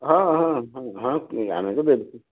ହଁ ହଁ ହଁ ହଁ ଆମେ ତ ଦେଉଛୁ